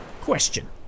Question